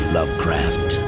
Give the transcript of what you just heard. Lovecraft